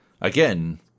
again